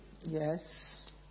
yes